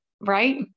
Right